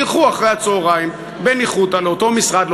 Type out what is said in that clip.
ילכו אחרי-הצהריים בניחותא לאותו משרד,